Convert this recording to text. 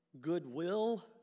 goodwill